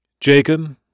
Jacob